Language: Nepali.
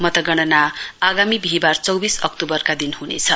मतगणना आगामी बिहीबार चौविस अक्ट्रबरका दिन हुनेछ